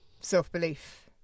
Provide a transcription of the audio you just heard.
self-belief